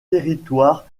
territoire